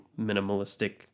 minimalistic